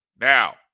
now